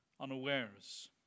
unawares